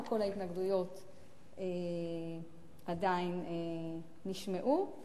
לא כל ההתנגדויות עדיין נשמעו.